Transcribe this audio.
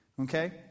Okay